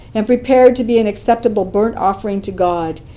and prepared to be an acceptable burnt-offering to god,